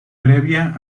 previa